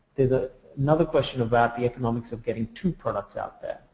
there's ah another question about the economics of getting two products out there.